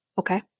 Okay